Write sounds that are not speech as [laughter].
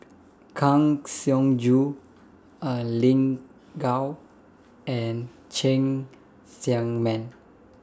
Kang Siong Joo [hesitation] Lin Gao and Cheng Tsang Man